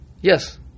Yes